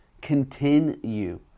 Continue